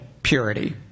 purity